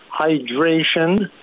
hydration